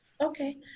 okay